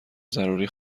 ضروری